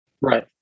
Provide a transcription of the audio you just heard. Right